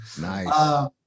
Nice